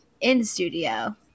in-studio